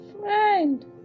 friend